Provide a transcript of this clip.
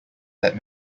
that